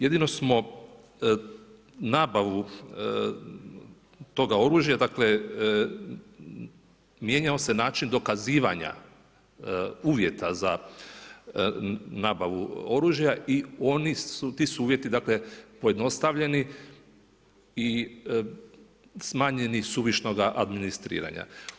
Jedino smo nabavu toga oružja, dakle, mijenjao se način dokazivanja uvjeta za nabavu oružja i oni su, ti su uvjeti dakle, pojednostavljeni i smanjeni suvišnog administriranja.